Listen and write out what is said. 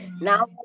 now